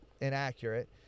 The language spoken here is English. inaccurate